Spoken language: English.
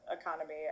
economy